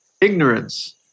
ignorance